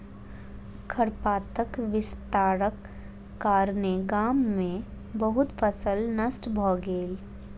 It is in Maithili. खरपातक विस्तारक कारणेँ गाम में बहुत फसील नष्ट भ गेल